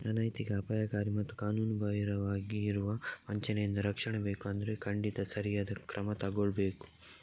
ಅನೈತಿಕ, ಅಪಾಯಕಾರಿ ಮತ್ತು ಕಾನೂನುಬಾಹಿರವಾಗಿರುವ ವಂಚನೆಯಿಂದ ರಕ್ಷಣೆ ಬೇಕು ಅಂದ್ರೆ ಖಂಡಿತ ಸರಿಯಾದ ಕ್ರಮ ತಗೊಳ್ಬೇಕು